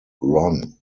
run